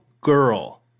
girl